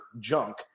junk